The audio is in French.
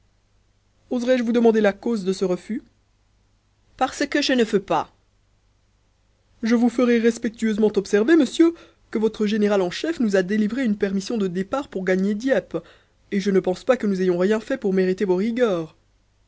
oserai-je vous demander la cause de ce refus parce que che ne feux pas je vous ferai respectueusement observer monsieur que votre général en chef nous a délivré une permission de départ pour gagner dieppe et je ne pense pas que nous ayons rien fait pour mériter vos rigueurs